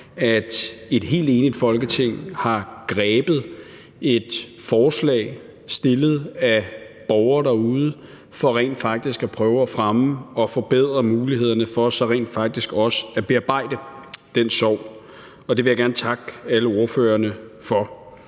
at et helt enigt Folketing har grebet et forslag fremsat af borgere derude for rent faktisk at prøve at fremme og forbedre mulighederne for rent faktisk også at bearbejde den sorg – og det vil jeg gerne takke alle ordførerne for.